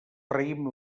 raïm